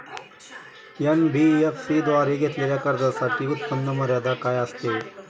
NBFC द्वारे घेतलेल्या कर्जासाठी उत्पन्न मर्यादा काय असते?